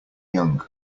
young